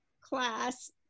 class